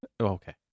Okay